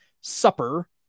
Supper